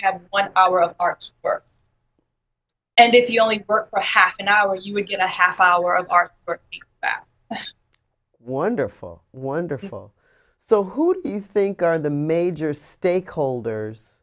have one hour of art work and if you only work for half an hour you will get a half hour of our wonderful wonderful so who do you think are the major stakeholders